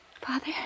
Father